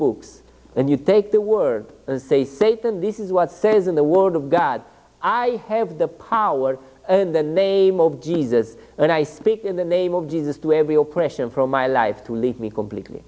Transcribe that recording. books and you take the word and say satan this is what says in the word of god i have the power in the name of jesus and i speak in the name of jesus to every oppression from my life to leave me completely